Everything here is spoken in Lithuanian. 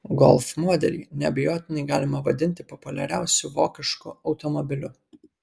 golf modelį neabejotinai galima vadinti populiariausiu vokišku automobiliu